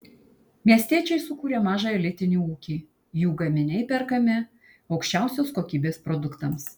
miestiečiai sukūrė mažą elitinį ūkį jų gaminiai perkami aukščiausios kokybės produktams